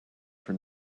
for